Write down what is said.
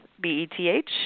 B-E-T-H